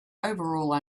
overall